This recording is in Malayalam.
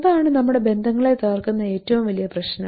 അതാണ് നമ്മുടെ ബന്ധങ്ങളെ തകർക്കുന്ന ഏറ്റവും വലിയ പ്രശ്നം